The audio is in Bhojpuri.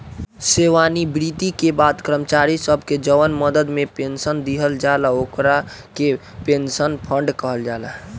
सेवानिवृत्ति के बाद कर्मचारी सब के जवन मदद से पेंशन दिहल जाला ओकरा के पेंशन फंड कहल जाला